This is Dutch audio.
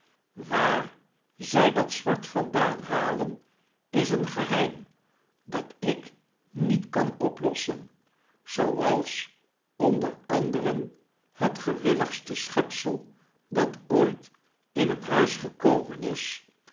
waar zy dat zwart vandaan halen is een geheim dat ik niet kan oplossen zooals onder anderen het gewilligste schepsel dat ooit in een huis gekomen is